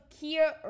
Kia